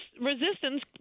resistance